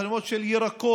חנויות של ירקות.